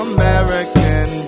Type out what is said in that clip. American